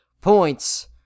points